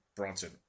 Bronson